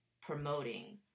promoting